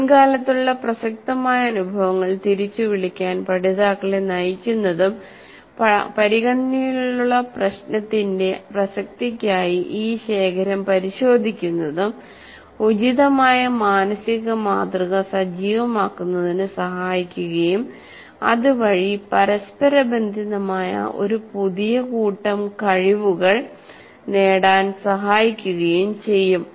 മുൻകാലത്തുള്ള പ്രസക്തമായ അനുഭവങ്ങൾ തിരിച്ചുവിളിക്കാൻ പഠിതാക്കളെ നയിക്കുന്നതും പരിഗണനയിലുള്ള പ്രശ്നത്തിൻറെ പ്രസക്തിക്കായി ഈ ശേഖരം പരിശോധിക്കുന്നതും ഉചിതമായ മാനസിക മാതൃക സജീവമാക്കുന്നതിന് സഹായിക്കുകയും അത് വഴി പരസ്പരബന്ധിതമായ ഒരു പുതിയ കൂട്ടം കഴിവുകൾ നേടാൻ സഹായിക്കുകയും ചെയ്യും